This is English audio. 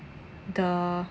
the